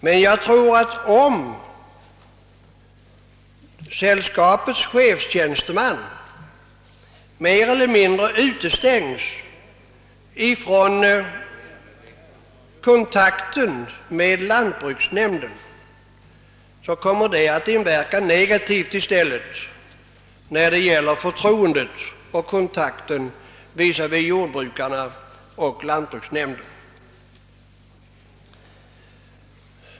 Men jag tror att om sällskapets chefstjänsteman mer eller mindre utestängs ifrån kontakt med lantbruksnämnden, kommer det i stället att verka negativt på förtroendet och kontakten mellan jordbrukarna och lantbruksnämnden.